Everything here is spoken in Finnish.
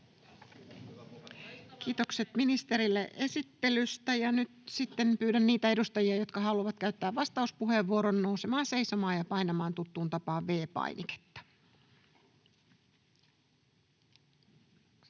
Kiitokset ministerille esittelystä. — Ja nyt sitten pyydän niitä edustajia, jotka haluavat käyttää vastauspuheenvuoron, nousemaan seisomaan ja painamaan tuttuun tapaan V-painiketta.